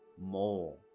more